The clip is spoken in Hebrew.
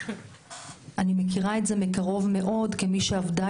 אני מכירה את זה מקרוב מאוד כמי שעבדה